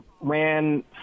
ran